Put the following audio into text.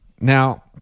Now